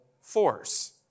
force